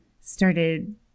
started